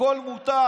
הכול מותר.